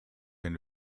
been